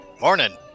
Morning